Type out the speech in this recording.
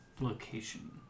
location